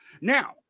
now